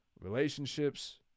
relationships